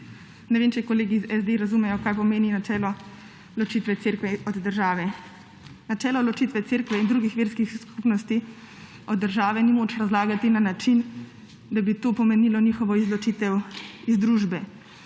Ne vem, če kolegi iz SD razumejo, kaj pomeni načelo ločitve Cerkve od države. Načelo ločitve Cerkve in drugih verskih skupnosti od države ni moč razlagati na način, da bi to pomenilo njihovo izločitev iz družbe.